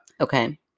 Okay